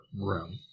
room